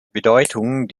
bedeutung